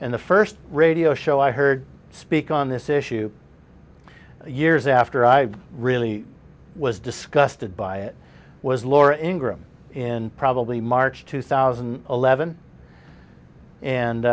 and the first radio show i heard speak on this issue years after i really was disgusted by it was laura ingram in probably march two thousand and eleven and